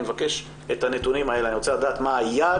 אני מבקש את הנתונים האלה: אני רוצה לדעת מה היעד